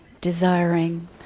desiring